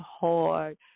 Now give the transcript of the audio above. hard